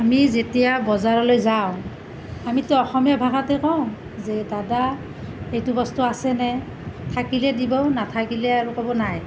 আমি যেতিয়া বজাৰলৈ যাওঁ আমিতো অসমীয়া ভাষাতেই কওঁ যে দাদা এইটো বস্তু আছেনে থাকিলে দিব নাথাকিলে আৰু ক'ব নাই